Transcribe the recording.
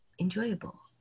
enjoyable